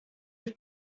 have